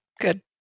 good